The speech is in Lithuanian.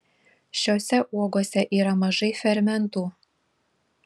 šiose uogose yra mažai fermentų